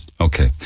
Okay